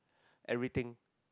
everything